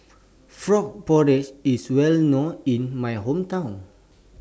Frog Porridge IS Well known in My Hometown